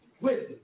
wisdom